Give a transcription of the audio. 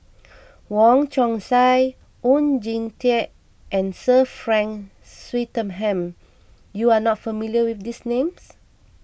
Wong Chong Sai Oon Jin Teik and Sir Frank Swettenham you are not familiar with these names